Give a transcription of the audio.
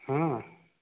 ହଁ